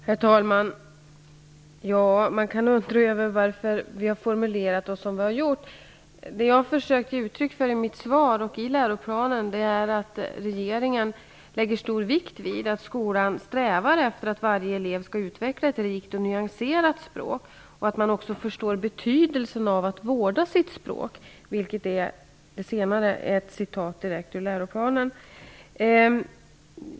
Herr talman! Visst kan man undra över varför vi har formulerat oss så som vi har gjort. Det som jag har försökt uttrycka i mitt svar och i läroplanen är att regeringen lägger stor vikt vid att skolan strävar efter att varje elev skall utveckla ett rikt och nyanserat språk och att eleverna förstår betydelsen av att vårda sitt språk. Det senare är direkt hämtat ur läroplanen.